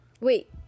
Wait